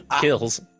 kills